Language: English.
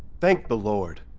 thank the lord.